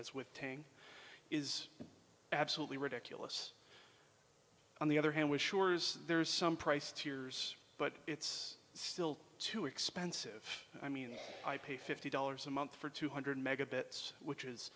as with tang is absolutely ridiculous on the other hand we're sure there's some price tiers but it's still too expensive i mean i pay fifty dollars a month for two hundred megabits which is